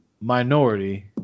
minority